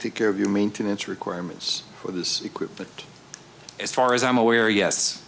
take care of your maintenance requirements for this equipment as far as i'm aware yes